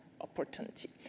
opportunity